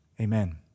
Amen